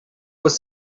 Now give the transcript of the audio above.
was